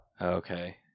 Okay